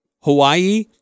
Hawaii